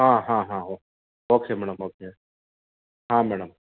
ಹಾಂ ಹಾಂ ಹಾಂ ಓಕೆ ಓಕೆ ಮೇಡಮ್ ಓಕೆ ಹಾಂ ಮೇಡಮ್